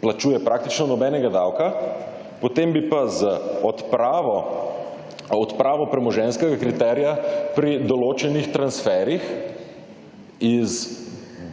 plačuje praktično nobenega davka, potem bi pa z odpravo premoženjskega kriterija pri določenih transferih iz